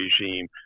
regime